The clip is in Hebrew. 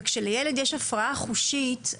וכשלילד יש הפרעה חושית,